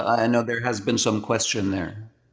i know there has been some question there.